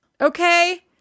Okay